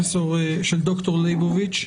דוקטור ליבוביץ.